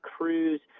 crews